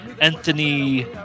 Anthony